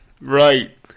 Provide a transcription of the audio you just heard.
Right